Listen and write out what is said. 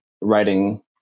writing